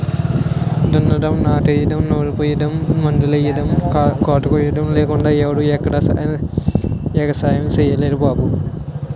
దున్నడం, నాట్లెయ్యడం, నారుపొయ్యడం, మందులెయ్యడం, కోతకొయ్యడం లేకుండా ఎవడూ ఎక్కడా ఎగసాయం సెయ్యలేరు బాబూ